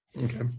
Okay